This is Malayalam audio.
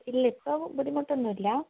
ഇല്ല ഇപ്പം ബുദ്ധിമുട്ടൊന്നും ഇല്ല